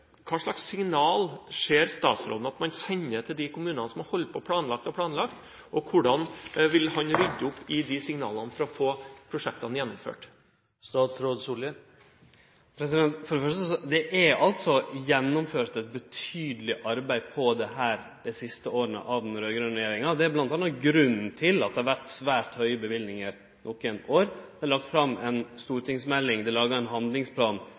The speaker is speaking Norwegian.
Hva slags signaler ser statsråden at man sender til de kommunene som har holdt på å planlegge, og hvordan vil han rydde opp i de signalene for å få prosjektene gjennomført? For det fyrste: Det er altså gjennomført eit betydeleg arbeid på dette området dei siste åra av den raud-grøne regjeringa. Det er bl.a. grunnen til at det har vore svært høge løyvingar nokre år. Det er lagt fram ei stortingsmelding, det er laga ein handlingsplan